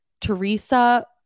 Teresa